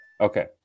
Okay